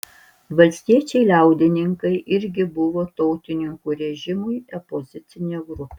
valstiečiai liaudininkai irgi buvo tautininkų režimui opozicinė grupė